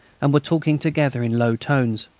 and were talking together in low tones.